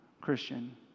Christian